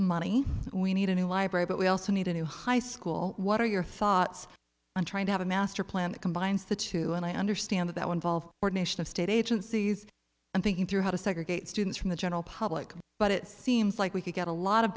money we need a new library but we also need a new high school what are your thoughts on trying to have a master plan that combines the two and i understand that were involved ordination of state agencies and thinking through how to segregate students from the general public but it seems like we could get a lot of